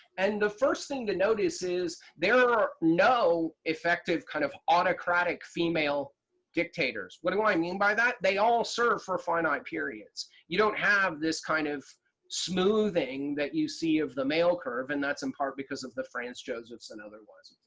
and the first thing to notice is there are no effective kind of autocratic female dictators. what do i mean by that? they all serve for finite periods. you don't have this kind of smoothing that you see of the male curve and that's in part because of the franz, josephs and otherwise.